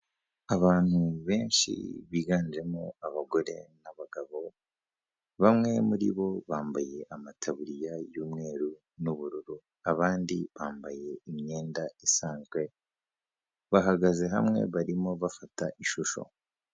Abantu benshi biganjemo abagore n'abagabo, bamwe muri bo bambaye amataburiya y'umweru n'ubururu, abandi bambaye imyenda isanzwe, bahagaze hamwe barimo bafata ishusho.